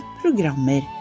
programmer